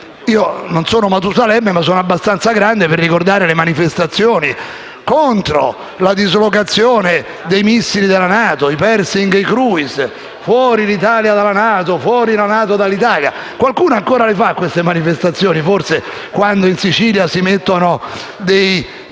Non sono Matusalemme, ma sono abbastanza grande per ricordare le manifestazioni contro la dislocazione dei missili della NATO (i Pershing e i Cruise) al grido di fuori l'Italia della NATO, fuori la NATO dall'Italia! Qualcuno fa ancora queste manifestazioni, forse quando in Sicilia si mettono degli